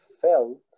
felt